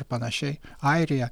panašiai airija